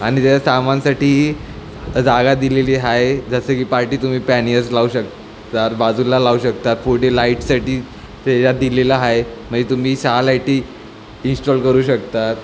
आणि त्याचं सामानासाठी जागा दिलेली आहे जसं की पार्टी तुम्ही पॅनिअर्स लावू शकता बाजूला लावू शकता पुढे लाइटसाठी त्याच्यात दिलेलं आहे म्हणजे तुम्ही सहा लाइटी इन्ष्टॉल करू शकतात